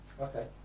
Okay